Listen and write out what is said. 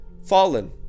Fallen